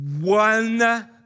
One